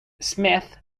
smith